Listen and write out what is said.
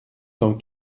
cent